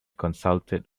consulted